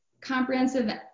comprehensive